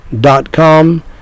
dot-com